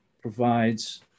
provides